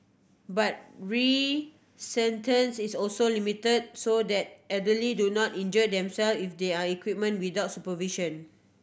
but is also limited so that elderly do not injure themselves if they are equipment without supervision